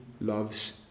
loves